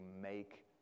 make